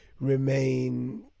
remain